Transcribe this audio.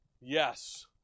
Yes